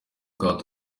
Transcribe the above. twaba